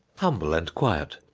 humble and quiet.